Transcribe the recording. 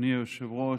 אדוני היושב-ראש,